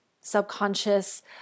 subconscious